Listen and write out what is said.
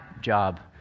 job